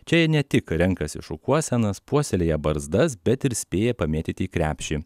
čia jie ne tik renkasi šukuosenas puoselėja barzdas bet ir spėja pamėtyt į krepšį